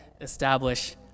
establish